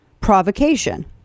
provocation